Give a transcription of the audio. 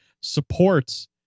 supports